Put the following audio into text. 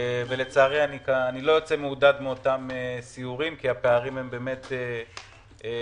לצערי אני לא יוצא מעודד מאותם סיורים כי הפערים באמת גדולים.